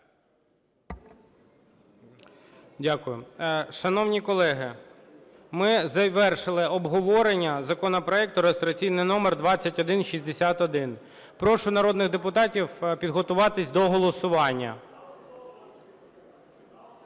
Дякую. Шановні колеги, ми завершили обговорення законопроекту реєстраційний номер 2161. Прошу народних депутатів підготуватись до голосування.